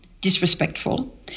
disrespectful